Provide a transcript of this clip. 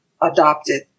adopted